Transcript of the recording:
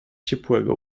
ciepłego